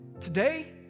today